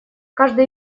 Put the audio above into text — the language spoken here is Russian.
каждый